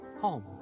Home